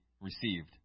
received